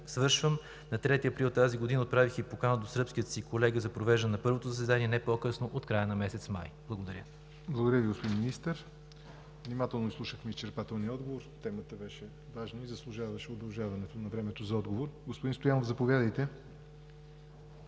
Завършвам! На 3 април тази година отправих покана до сръбския си колега за провеждане на първото заседание – не по-късно от края на месец май. Благодаря Ви. ПРЕДСЕДАТЕЛ ЯВОР НОТЕВ: Благодаря Ви, господин Министър. Внимателно изслушахме изчерпателния отговор – темата заслужаваше удължаване на времето за отговор. Господин Стоянов, заповядайте,